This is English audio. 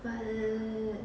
but